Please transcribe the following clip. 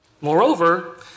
Moreover